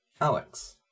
Alex